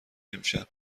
امشب